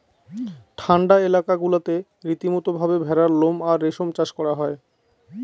ঠান্ডা এলাকা গুলাতে রীতিমতো ভাবে ভেড়ার লোম আর রেশম চাষ করা হয়